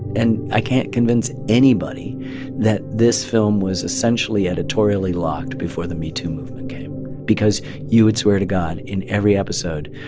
and i can't convince anybody that this film was essentially editorially locked before the metoo movement came because you would swear to god, in every episode,